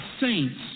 saints